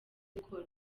gukora